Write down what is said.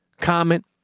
comment